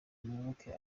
muyoboke